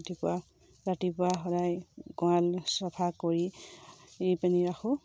ৰাতিপুৱা ৰাতিপুৱা সদায় গঁৰাল চফা কৰি পিনি ৰাখোঁ